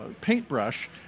paintbrush